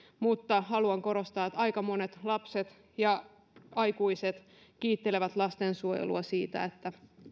mutta haluan korostaa että aika monet lapset ja aikuiset kiittelevät lastensuojelua siitä että